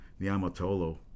Niamatolo